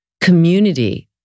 Community